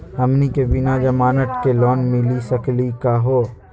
हमनी के बिना जमानत के लोन मिली सकली क हो?